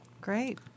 Great